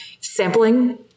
sampling